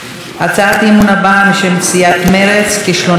בשם סיעת מרצ: כישלונה של הממשלה בתחום המדיני,